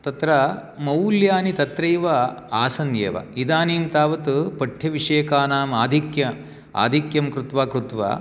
तत्र मौल्यानि तत्रैव आसन् एव इदानीं तावत् पठ्यविषयकानाम् आधिक्यम् आधिक्यं कृत्वा कृत्वा